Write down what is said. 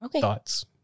Thoughts